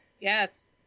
Yes